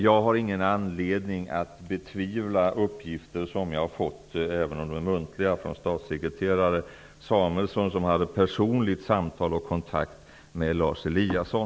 Jag har ingen anledning att betvivla de uppgifter -- även om de är muntliga -- som jag har fått från statssekreterare Samuelsson. Han hade ett personligt samtal med och en personlig kontakt med Lars Eliasson.